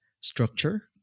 structure